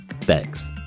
Thanks